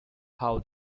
how